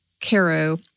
Caro